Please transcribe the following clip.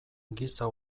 giza